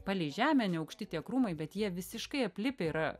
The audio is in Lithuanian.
palei žemę neaukšti krūmai bet jie visiškai aplipę yra